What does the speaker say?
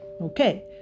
okay